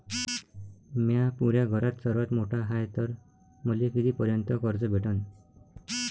म्या पुऱ्या घरात सर्वांत मोठा हाय तर मले किती पर्यंत कर्ज भेटन?